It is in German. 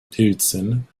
pilzen